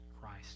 Christ